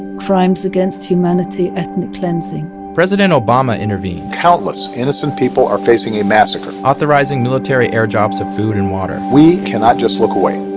crimes against humanity, ethnic cleansing president obama intervened countless innocent people are facing a massacre authorizing military airdrops of food and water we cannot just look away